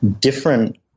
different